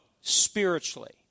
spiritually